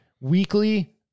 weekly